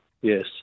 yes